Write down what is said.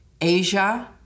Asia